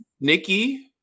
Nikki